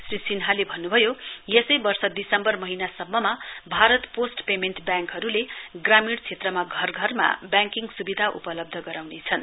श्री सिन्हाले भन्न्भयो यसै वर्ष दिसम्वर महीनासम्ममा भारत पोस्ट पेमेन्ट व्याङ्कहरुले ग्रामीण क्षेत्रमा घर घरमा व्याङ्किङ सुविधा उपलब्ध गराउनेछन्